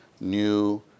New